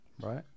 right